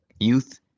Youth